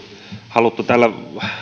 haluttu tällä